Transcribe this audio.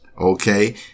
Okay